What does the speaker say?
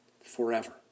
forever